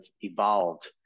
evolved